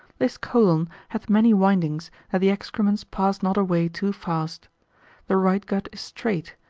this colon hath many windings, that the excrements pass not away too fast the right gut is straight,